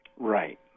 Right